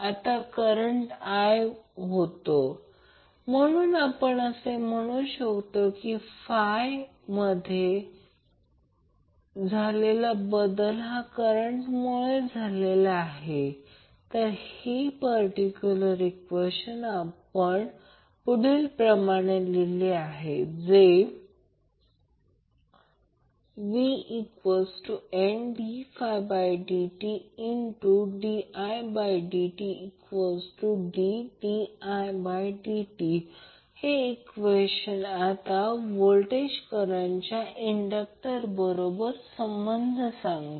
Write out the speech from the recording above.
आता current i होतो म्हणून आपण असे म्हणू शकतो मध्ये झालेला बदल हा करंटमुळे झालेला आहे तर हे पर्टिक्यूलर ईक्वेशन आपण पुन्हा लिहिले आहे ते vNddididtLdidt हे ईक्वेशन आता व्होल्टेज करंटचा इडक्टर बरोबर संबंध सांगते